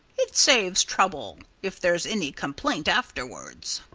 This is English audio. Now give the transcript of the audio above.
it saves trouble, if there's any complaint afterwards.